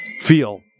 feel